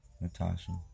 Natasha